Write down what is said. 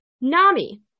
NAMI